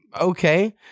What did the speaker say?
okay